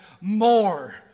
more